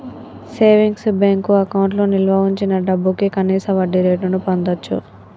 savings bank అకౌంట్లో నిల్వ వుంచిన డబ్భుకి కనీస వడ్డీరేటును పొందచ్చు